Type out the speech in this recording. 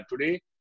today